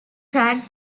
track